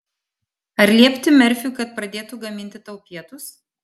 ar liepti merfiui kad pradėtų gaminti tau pietus